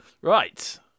Right